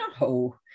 no